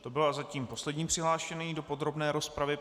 To byl zatím poslední přihlášený do podrobné rozpravy.